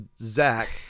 Zach